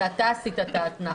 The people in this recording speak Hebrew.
זה אתה עשית את האתנחתא.